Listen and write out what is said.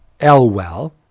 Elwell